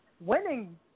winning